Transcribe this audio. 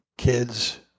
Kids